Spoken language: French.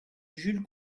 jules